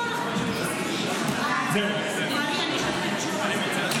אני לא הולכת --- זהו.